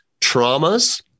traumas